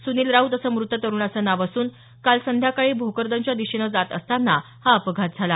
सुनिल राऊत असं मृत तरुणाचं नाव असून काल संध्याकाळी भोकरदनच्या दिशेनं जात असताना हा अपघात झाला